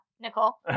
Nicole